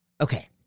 Okay